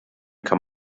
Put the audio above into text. kann